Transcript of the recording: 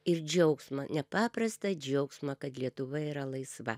ir džiaugsmą nepaprastą džiaugsmą kad lietuva yra laisva